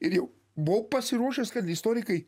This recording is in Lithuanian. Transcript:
ir jau buvau pasiruošęs kad istorikai